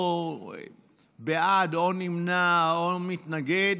או בעד או נמנע או מתנגד.